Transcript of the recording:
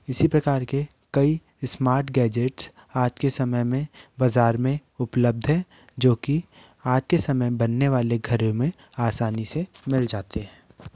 इसी प्रकार के कई स्मार्ट गैजेट्स आज के समय में बजार में उपलब्ध हैं जोकि आज के समय में बनने वाले घरों में आसानी से मिल जाते हैं